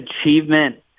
achievement